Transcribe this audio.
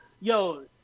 Yo